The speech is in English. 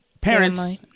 parents